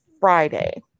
friday